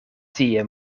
tie